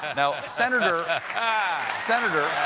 now, senator senator